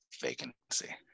vacancy